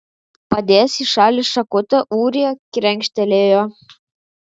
padėjęs į šalį šakutę ūrija krenkštelėjo